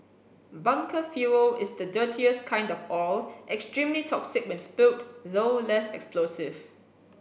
bunker fuel is the dirtiest kind of oil extremely toxic when spilled though less explosive